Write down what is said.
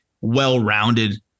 well-rounded